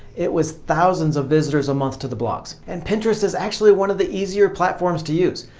it was thousands of visitors a month to the blogs. and pinterest is actually one of the easier platforms to use.